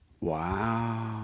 Wow